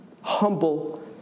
humble